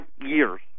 years